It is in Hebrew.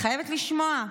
את חייבת לשמוע.